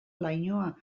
lainoa